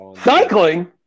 cycling